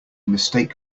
mistake